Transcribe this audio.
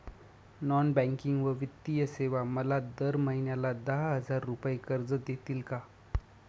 Non banking व वित्तीय सेवा मला दर महिन्याला दहा हजार रुपये कर्ज देतील का?